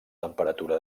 temperatura